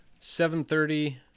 7:30